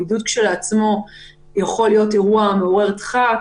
הבידוד כשלעצמו יכול להיות אירוע מעורר דחק,